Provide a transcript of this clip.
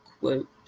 quote